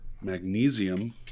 magnesium